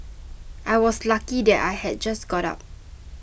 I was lucky that I had just got up